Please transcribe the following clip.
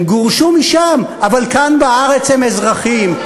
הם גורשו משם, אבל כאן בארץ הם אזרחים.